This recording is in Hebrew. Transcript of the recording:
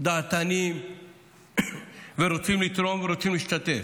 דעתניים ורוצים לתרום ורוצים להשתתף.